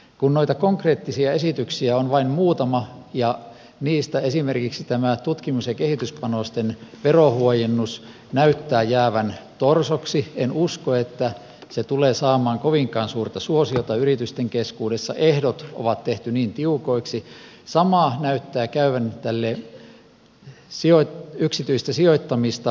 kun noita konkreettisia esityksiä on vain muutama ja niistä esimerkiksi tutkimus ja kehityspanosten verohuojennus näyttää jäävän torsoksi en usko että se tulee saamaan kovinkaan suurta suosiota yritysten keskuudessa ehdot on tehty niin tiukoiksi sama näyttää käyvän yksityistä sijoittamista kannustavalle esitykselle